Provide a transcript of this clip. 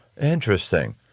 Interesting